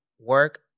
work